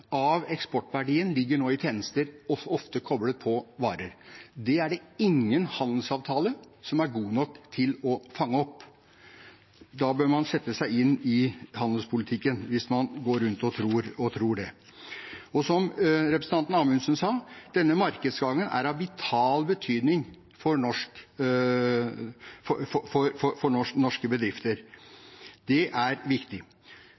av eksportverdien ligger nå i tjenester, ofte koblet på varer. Det er det ingen handelsavtale som er god nok til å fange opp. Hvis man går rundt og tror det, bør man sette seg inn i handelspolitikken. Som representanten Amundsen sa: Denne markedsadgangen er av vital betydning for